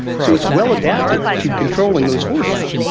so it's well adapted to controlling those forces.